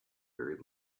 very